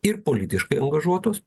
ir politiškai angažuotos